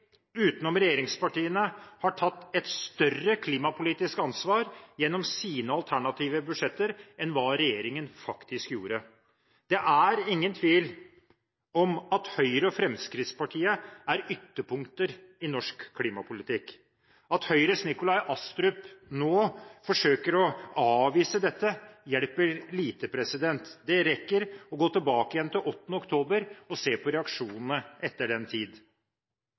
utenom regjeringspartiene har tatt et større klimapolitisk ansvar gjennom sine alternative budsjetter enn hva regjeringen faktisk gjorde. Det er ingen tvil om at Høyre og Fremskrittspartiet er ytterpunkter i norsk klimapolitikk. At Høyres Nikolai Astrup nå forsøker å avvise dette, hjelper lite – det rekker å gå tilbake til 8. oktober og se på reaksjonene etter den tid.